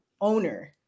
owner